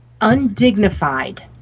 undignified